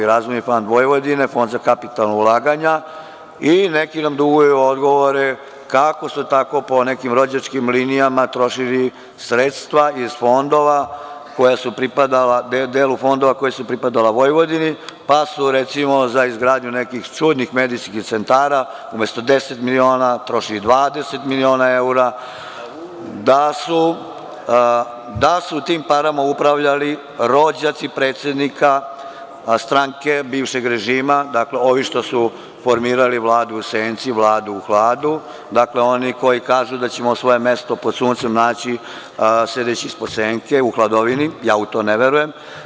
Razvojni plan Vojvodine, Fond za kapitalna ulaganja i neki nam duguju odgovore kako su tako po nekim rođačkim linijama trošili sredstva iz fondova koja su pripadala, delu fondova koji su pripadali Vojvodini, pa su recimo za izgradnju nekih čudnih medijskih centara, umesto 10 miliona trošili 20 miliona eura, da su tim parama upravljali rođaci predsednika, stranke bivšeg režima, dakle, ovi što su formirali vladu u senci, vladu u hladu, dakle oni koji kažu da ćemo svoje mesto pod suncem naći sedeći ispod senke, u hladovini, ja u to ne verujem.